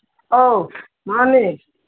ꯑꯧ ꯃꯥꯅꯦ